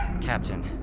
Captain